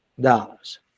dollars